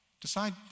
Decide